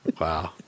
wow